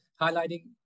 highlighting